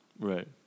Right